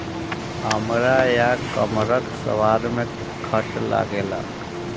अमड़ा या कमरख स्वाद में खट्ट लागेला